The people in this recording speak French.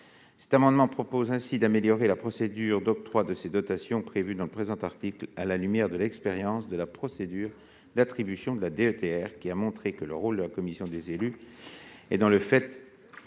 Cet amendement tend ainsi à améliorer la procédure d'octroi de ces dotations prévue dans le présent article à la lumière de l'expérience de la procédure d'attribution de la DETR, qui a montré que le rôle de la commission des élus, dans les faits,